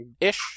Ish